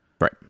Right